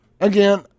Again